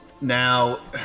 Now